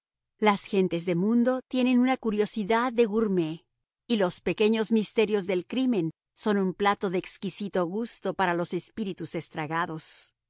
las gentes de mundo tienen una curiosidad de gourmet y los pequeños misterios del crimen son un plato de exquisito gusto para los espíritus estragados dios